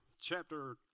chapter